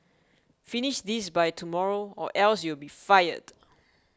finish this by tomorrow or else you'll be fired